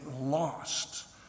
lost